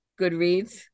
Goodreads